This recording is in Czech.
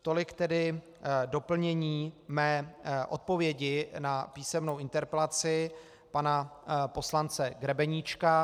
Tolik tedy doplnění mé odpovědi na písemnou interpelaci pana poslance Grebeníčka.